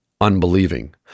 unbelieving